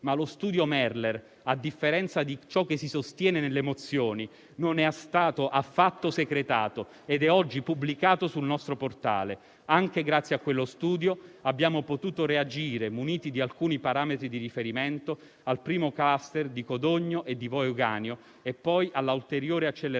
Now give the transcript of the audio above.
ma lo studio Merler, a differenza di ciò che si sostiene nelle mozioni, non è stato affatto secretato ed è oggi pubblicato sul nostro portale. Anche grazie a quello studio abbiamo potuto reagire, muniti di alcuni parametri di riferimento, al primo *cluster* di Codogno e di Vo' Euganeo e poi all'ulteriore accelerazione